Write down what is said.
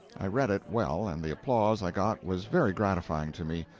i read it well, and the applause i got was very gratifying to me.